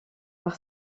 par